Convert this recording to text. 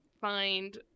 find